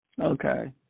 Okay